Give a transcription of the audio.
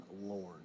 Lord